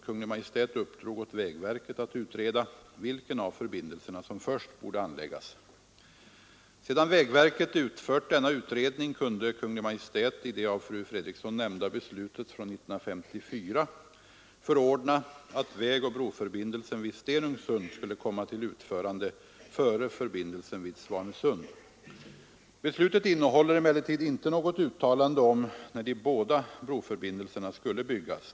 Kungl. Maj:t uppdrog åt vägverket att utreda vilken av förbindelserna som först borde anläggas. Sedan vägverket utfört denna utredning kunde Kungl. Maj:t i det av fru Fredrikson nämnda beslutet från 1954 förordna att vägoch broförbindelsen vid Stenungsund skulle komma till utförande före förbindelsen vid Svanesund. Beslutet innehåller emellertid inte något uttalande om när de båda broförbindelserna skulle byggas.